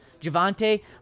Javante